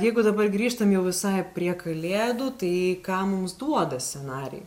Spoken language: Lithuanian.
jeigu dabar grįžtam jau visai prie kalėdų tai ką mums duoda scenarijai